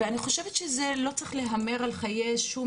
אני חושבת שלא צריך להמר על חיי שום